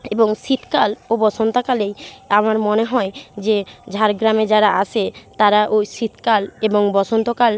এবং শীতকাল ও বসন্তকালেই আমার মনে হয় যে ঝাড়গ্রামে যারা আসে তারা ওই শীতকাল এবং বসন্তকাল